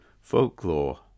folklore